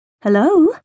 Hello